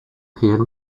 hear